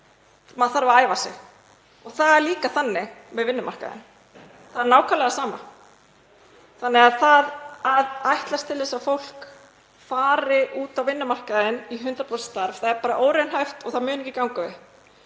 Maður þarf að æfa sig. Það er líka þannig með vinnumarkaðinn, það er nákvæmlega það sama. Þannig að að ætlast til þess að fólk fari út á vinnumarkaðinn í 100% starf er óraunhæft og það mun ekki ganga upp.